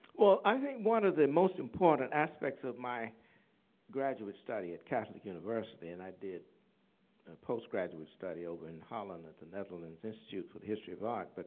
well, i think one of the most important aspects of my graduate study at catholic university and i did a postgraduate study over in holland at the netherlands institute for the history of art but